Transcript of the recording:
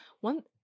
one